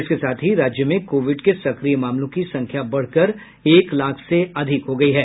इसके साथ ही राज्य में कोविड के सक्रिय मामलों की संख्या बढ़कर एक लाख से अधिक हो गयी है